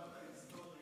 אדוני היושב-ראש,